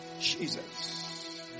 Jesus